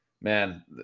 man